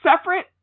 separate